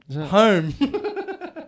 home